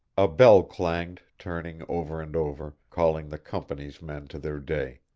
a bell clanged, turning over and over, calling the company's men to their day.